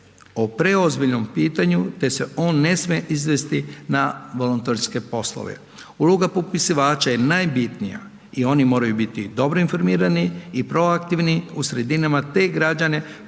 o preozbiljnom pitanju, te se on ne sme izvesti na volonterske poslove. Uloga popisivača je najbitnija i oni moraju biti dobro informirani i proaktivni u sredinama, te građane